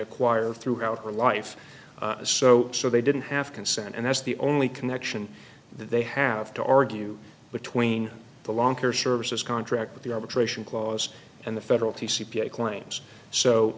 acquire throughout her life so so they didn't have consent and that's the only connection they have to argue between the longer services contract with the arbitration clause and the federal t c p claims so